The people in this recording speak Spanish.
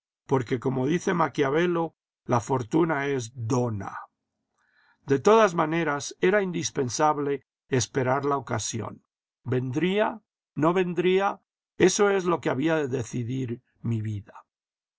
porque como dice maquiavelo la fortuna es donna de todas maneras era indispensable esperar la ocasión ivendría no vendría eso es lo que había de decidir mi vida